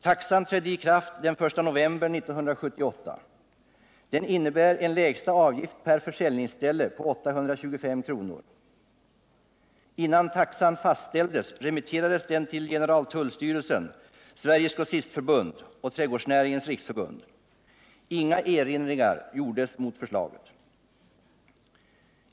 Taxan trädde i kraft den I november 1978. Den innebär en lägsta avgift per försäljningsställe på 825 kr. Innan taxan fastställdes remitterades den till generaltullstyrelsen, Sveriges grossistförbund och Trädgårdsnäringens riksförbund. Inga erinringar gjordes mot förslaget.